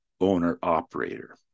owner-operator